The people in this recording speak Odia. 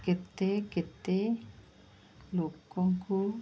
କେତେ କେତେ ଲୋକଙ୍କୁ